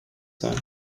sein